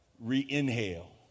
re-inhale